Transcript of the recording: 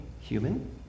human